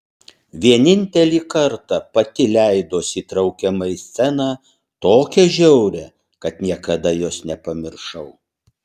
vienintelį kartą pati leidosi įtraukiama į sceną tokią žiaurią kad niekada jos nepamiršau